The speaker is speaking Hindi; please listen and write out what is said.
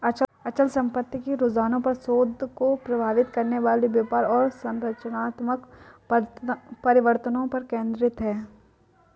अचल संपत्ति के रुझानों पर शोध उद्योग को प्रभावित करने वाले व्यापार और संरचनात्मक परिवर्तनों पर केंद्रित है